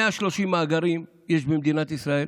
130 מאגרים יש במדינת ישראל,